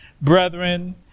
brethren